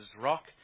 rock